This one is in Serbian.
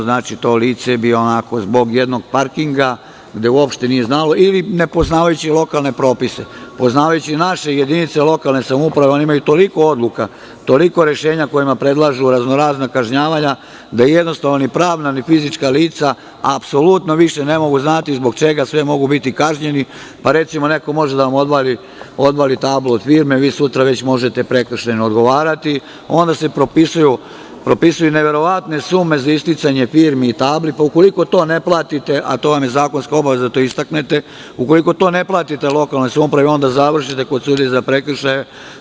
Znači, to lice bi zbog jednog parkinga, gde uopšte nije znalo ili ne poznavajući lokalne propise, poznavajući naše jedinice lokalne samouprave oni imaju toliko odluka, toliko rešenja kojima predlažu razno-razna kažnjavanja, da jednostavno ni pravna ni fizička lica apsolutno više ne mogu znati zbog čega sve mogu biti kažnjeni, pa recimo neko može da vam odvali tablu od firme, a vi sutra već možete prekršajno odgovarati, onda se propisuju neverovatne sume za isticanje firmi i tabli, pa ukoliko to ne platite, a to vam je zakonska obaveza da istaknete, ukoliko to ne platite lokalnoj samoupravi, onda završite kod sudije za prekršaje.